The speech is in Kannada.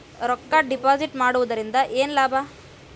ರೊಕ್ಕ ಡಿಪಾಸಿಟ್ ಮಾಡುವುದರಿಂದ ಏನ್ ಲಾಭ?